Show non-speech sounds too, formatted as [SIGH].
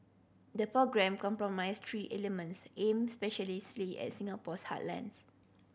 the programme comprise three elements aimed [UNINTELLIGIBLE] at Singapore's heartlands